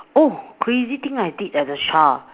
oh crazy thing I did as a child